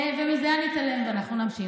מזה אני אתעלם, ואנחנו נמשיך.